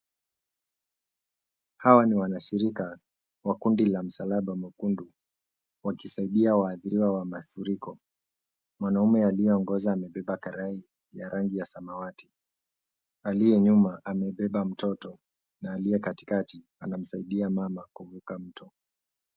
Hawa ni wanashirika wa kundi la msalaba mwekundu wakisaidia waathiriwa wa mafuriko. Mwanaume aliyeongoza amebeba karai ya rangi ya samawati. Aliye nyuma amebeba mtoto na aliye katikati anamsaidia mama kuvuka mto.